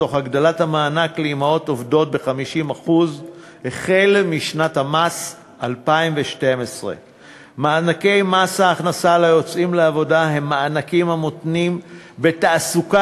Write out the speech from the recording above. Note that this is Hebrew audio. תוך הגדלת המענק לאימהות עובדות ב-50% החל משנת המס 2012. מענקי מס ההכנסה ליוצאים לעבודה הם מענקים המותנים בתעסוקת